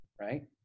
right